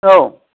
औ